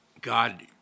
God